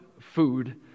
food